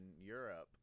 Europe